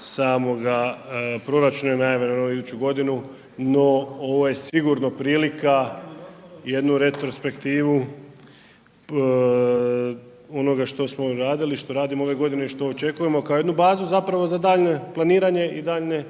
samoga proračuna najavljenog na iduću godinu no ovo je sigurno prilika jednu retrospektivu onoga što smo radili, što radimo ove godine i što očekujemo kao jednu bazu zapravo za daljnje planiranje i daljnje